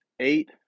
Eight